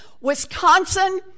Wisconsin